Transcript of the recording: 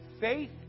faith